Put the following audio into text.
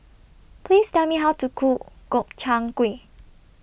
Please Tell Me How to Cook Gobchang Gui